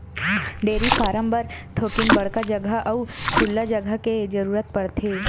dairy farm बर थोकिन बड़का जघा अउ खुल्ला जघा के जरूरत परथे